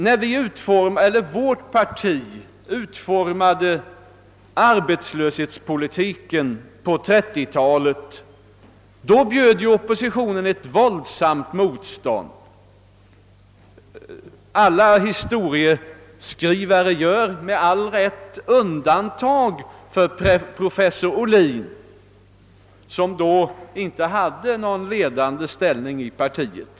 När vårt parti utformade arbetslöshetspolitiken på 1930-talet reste oppositionen ett våldsamt motstånd — historieskrivarna gör dock, med all rätt, därvidlag ett undantag för professor Ohlin, som då inte hade någon ledande ställning i folkpartiet.